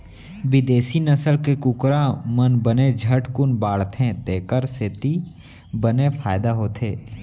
बिदेसी नसल के कुकरा मन बने झटकुन बाढ़थें तेकर सेती बने फायदा होथे